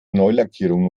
neulackierung